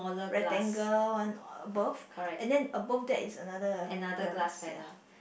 rectangle one above and then above that is another glass ya